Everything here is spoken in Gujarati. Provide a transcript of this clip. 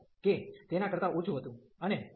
બરાબર કે તેના કરતાં ઓછું હતું